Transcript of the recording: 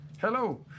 Hello